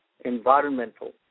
environmental